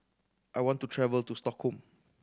I want to travel to Stockholm